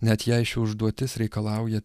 net jei ši užduotis reikalauja